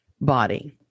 body